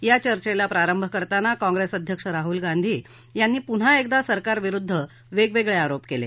या चर्चेला प्रारंभ करताना काँग्रेस अध्यक्ष राहूल गांधी यांनी पुन्हा एकदा सरकारविरूद्ध वेगवेगळे आरोप केले